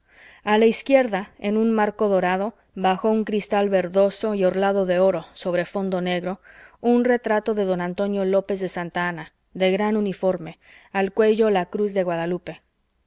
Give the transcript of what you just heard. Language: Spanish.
a la izquierda en un marco dorado bajo un cristal verdoso y orlado de oro sobre fondo negro un retrato de don antonio lópez de santa anna de gran uniforme al cuello la cruz de guadalupe